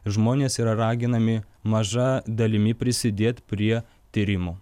žmonės yra raginami maža dalimi prisidėt prie tyrimo